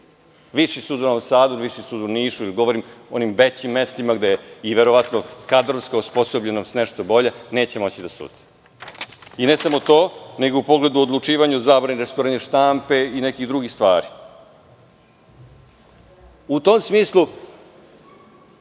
Viši sud u Novom Sadu, Viši sud u Nišu, govorim o većim mestima gde je kadrovska osposobljenost nešto bolja, neće moći da sude. Ne samo to, nego u pogledu odlučivanja o zabrani rasturanja štampe i nekih drugih stvari.U tom smislu,